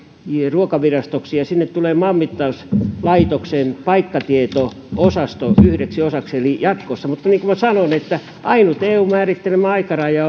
ruokavirastoksi ja sinne tulee maanmittauslaitoksen paikkatieto osasto yhdeksi osaksi jatkossa mutta niin kuin minä sanoin ainut eun määrittelemä aikaraja